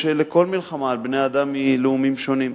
לכל מלחמה על בני-אדם מלאומים שונים.